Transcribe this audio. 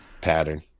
Pattern